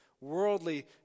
worldly